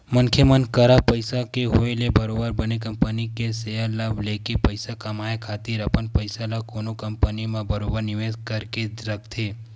मनखे मन करा पइसा के होय ले बरोबर बने कंपनी के सेयर ल लेके पइसा कमाए खातिर अपन पइसा ल कोनो कंपनी म बरोबर निवेस करके रखथे